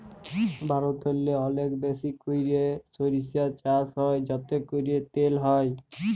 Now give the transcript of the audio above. ভারতেল্লে অলেক বেশি ক্যইরে সইরসা চাষ হ্যয় যাতে ক্যইরে তেল হ্যয়